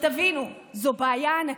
תבינו, זו בעיה ענקית.